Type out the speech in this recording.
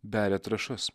beria trąšas